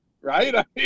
right